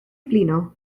blino